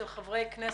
של חברי כנסת